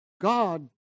God